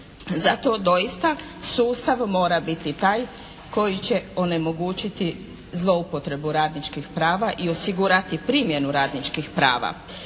Zato doista sustav mora biti taj koji će onemogućiti zloupotrebu radničkih prava i osigurati primjenu radničkih prava.